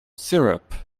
syrup